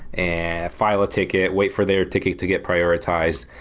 and file a ticket, wait for their ticket to get prioritized.